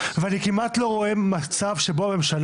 אתם אלה שבאים וממליצים לממשלה ואני כמעט לא רואה מצב שבו הממשלה.